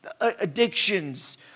addictions